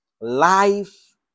life